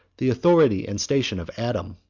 the authority and station of adam,